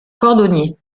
cordonnier